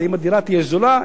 אם הדירה תהיה זולה,